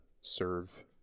serve